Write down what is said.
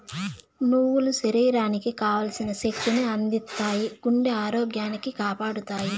నువ్వులు శరీరానికి కావల్సిన శక్తి ని అందిత్తాయి, గుండె ఆరోగ్యాన్ని కాపాడతాయి